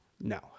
no